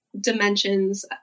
dimensions